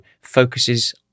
focuses